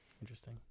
interesting